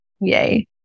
yay